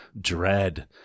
Dread